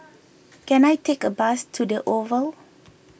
can I take a bus to the Oval